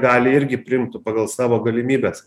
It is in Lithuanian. gali irgi priimtų pagal savo galimybes